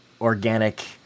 organic